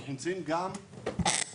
אנחנו נמצאים גם באסון.